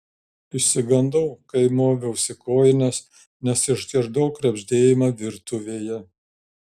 išsigandau kai moviausi kojines nes išgirdau krebždėjimą virtuvėje